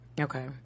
Okay